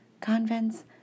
convents